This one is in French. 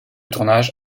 tournage